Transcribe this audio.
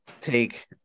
take